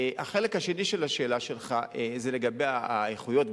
החלק השני של השאלה שלך זה לגבי האיכויות,